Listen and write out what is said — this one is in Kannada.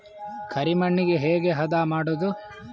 ಕರಿ ಮಣ್ಣಗೆ ಹೇಗೆ ಹದಾ ಮಾಡುದು?